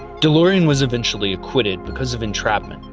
delorean was eventually acquitted because of entrapment.